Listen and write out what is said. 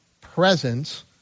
presence